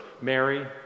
Mary